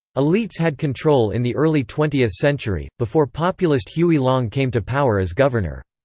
elites had control in the early twentieth century, before populist huey long came to power as governor.